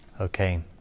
Okay